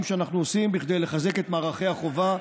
שאנחנו עושים כדי לחזק את מערכי החובה,